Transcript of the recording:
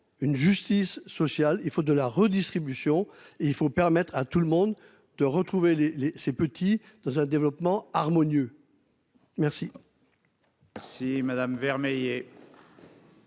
une justice sociale, il faut de la redistribution et il faut permettre à tout le monde, de retrouver les les ses petits dans un développement harmonieux. Merci,